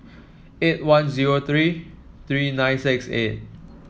eight one zero three three nine six eight